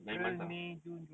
nine months ah